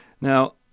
now